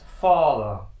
Father